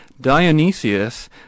Dionysius